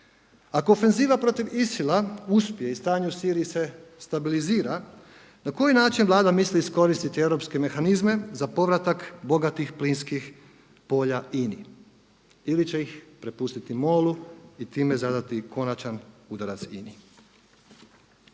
Ako ofenziva protiv ISIL-a uspije i stanje u Siriji se stabilizira, na koji način Vlada misli iskoristiti europske mehanizme za povratak bogatih plinskih polja INA-i ili će ih prepustiti MOL-u i time zadati konačan udarac INA-i.